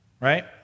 Right